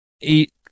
eat